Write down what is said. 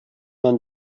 man